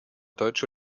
deutsche